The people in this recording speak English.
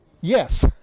Yes